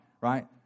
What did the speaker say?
right